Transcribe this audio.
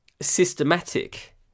systematic